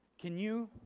can you,